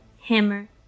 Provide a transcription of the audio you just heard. hammer